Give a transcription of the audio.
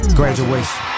graduation